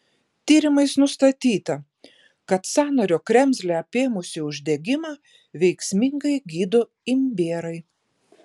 tyrimais nustatyta kad sąnario kremzlę apėmusį uždegimą veiksmingai gydo imbierai